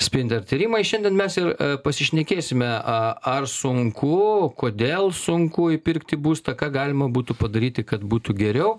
spinter tyrimai šiandien mes ir pasišnekėsime a ar sunku kodėl sunku įpirkti būstą ką galima būtų padaryti kad būtų geriau